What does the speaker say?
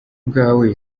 ubwawe